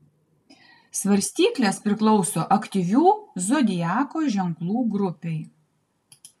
svarstyklės priklauso aktyvių zodiako ženklų grupei